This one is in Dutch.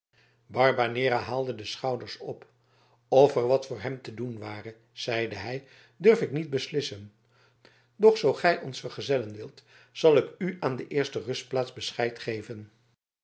barbanera haalde de schouders op of er wat voor hem te doen ware zeide hij durf ik niet beslissen doch zoo gij ons vergezellen wilt zal ik u aan de eerste rustplaats bescheid geven